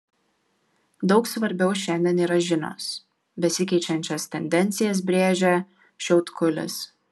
daug svarbiau šiandien yra žinios besikeičiančias tendencijas brėžia šiautkulis